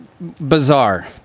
bizarre